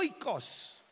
oikos